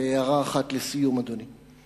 הערה אחת לסיום, אדוני: